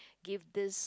give this